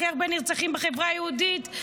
הכי הרבה נרצחים בחברה היהודית?